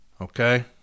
Okay